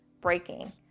breaking